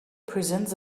presents